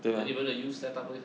then 你们的 youth setup leh